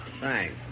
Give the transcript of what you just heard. Thanks